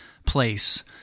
place